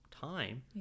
time